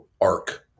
arc